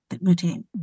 routine